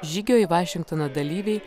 žygio į vašingtoną dalyviai